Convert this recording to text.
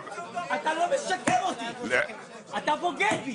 אתה לא משקם אותי, אתה בוגד בי.